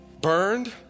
burned